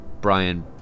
Brian